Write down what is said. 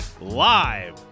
live